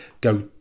go